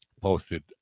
posted